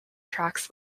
tracks